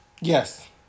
Yes